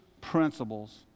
principles